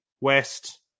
West